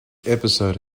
episode